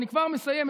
אני כבר מסיים,